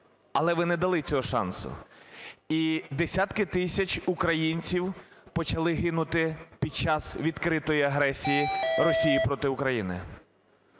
але ви не дали цього шансу. І десятки тисяч українців почали гинути під час відкритої агресії Росії проти України.